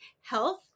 health